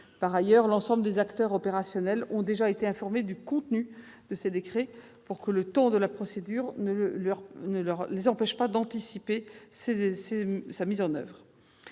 Par ailleurs, l'ensemble des acteurs opérationnels ont déjà été informés du contenu de ces décrets pour que les délais de procédure ne les empêchent pas d'anticiper sur leur mise en oeuvre.